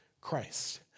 Christ